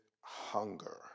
hunger